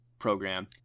program